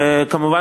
וכמובן,